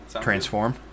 transform